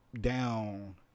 down